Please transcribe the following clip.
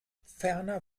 ferner